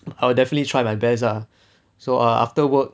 I will definitely try my best ah so err after work